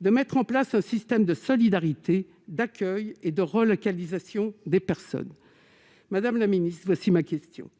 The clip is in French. de mettre en place un système de solidarité, d'accueil et de relocalisation des personnes. Madame la ministre,